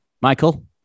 Michael